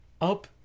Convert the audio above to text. up